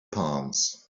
palms